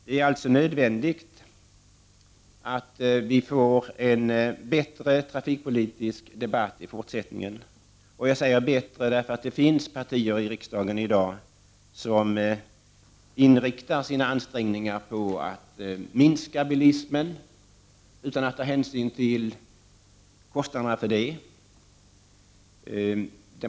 Det är alltså nödvändigt att vi får en bättre trafikpolitisk debatt i fortsättningen, jag säger bättre därför att det finns partier i riksdagen i dag som inriktar sina ansträngningar på att minska bilismen utan att ta hänsyn till kostnaderna för det.